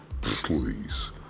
Please